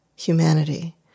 humanity